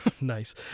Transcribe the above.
nice